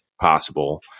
possible